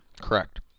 Correct